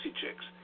Chicks